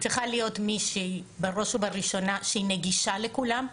היא צריכה להיות מישהי בראש ובראשונה שהיא נגישה לכולם,